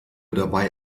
dabei